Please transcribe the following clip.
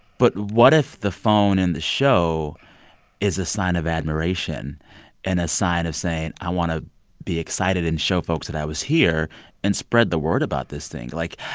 but what if the phone in the show is a sign of admiration and a sign of saying, i want to be excited and show folks that i was here and spread the word about this thing? like,